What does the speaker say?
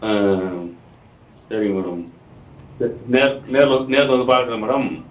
ஆ ஆ சரி மேடம் சே நேர் நேரில் வந் நேரில் வந்து பார்க்கட்டா மேடம்